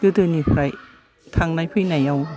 गोदोनिफ्राय थांनाय फैनायाव